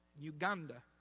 Uganda